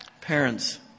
Parents